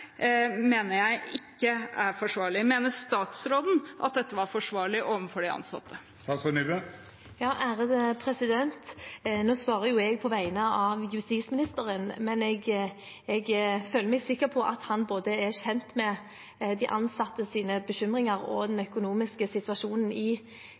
mener jeg ikke er forsvarlig. Mener statsråden at dette er forsvarlig overfor de ansatte? Nå svarer jeg på vegne av justisministeren, men jeg føler meg sikker på at han er kjent med både de ansattes bekymringer og den økonomiske situasjonen i